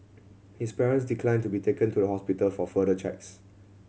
his parents declined to be taken to the hospital for further checks